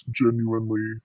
genuinely